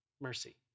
mercy